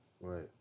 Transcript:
Right